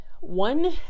one